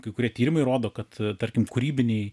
kai kurie tyrimai rodo kad tarkim kūrybiniai